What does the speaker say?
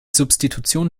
substitution